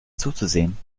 zuzusehen